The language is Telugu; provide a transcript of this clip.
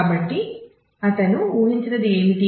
కాబట్టి అతను ఊహించినది ఏమిటి